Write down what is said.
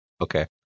Okay